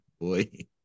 Boy